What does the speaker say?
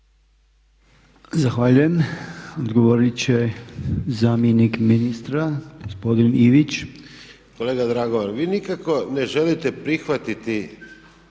Zahvaljujem. Odgovorit će zamjenik ministra, gospodin Ivić. **Ivić, Tomislav (HDZ)** Kolega Dragovan, vi nikako ne želite prihvatiti